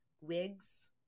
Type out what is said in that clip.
wigs